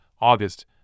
August